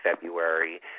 February